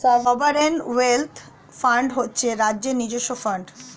sovereign wealth fund হচ্ছে রাজ্যের নিজস্ব ফান্ড